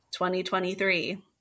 2023